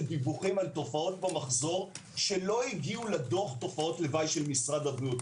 דיווחים על תופעות במחזור שלא הגיעו לדוח תופעות לוואי של משרד הבריאות.